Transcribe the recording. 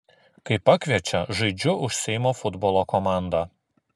kai pakviečia žaidžiu už seimo futbolo komandą